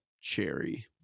cherry